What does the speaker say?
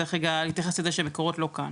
צריך רגע להתייחס לכך שמקורות לא כאן